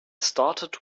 started